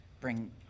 bring